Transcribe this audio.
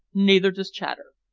neither does chater.